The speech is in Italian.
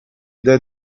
dead